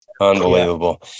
unbelievable